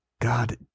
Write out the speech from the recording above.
God